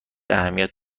اهمیت